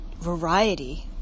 variety